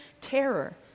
terror